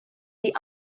die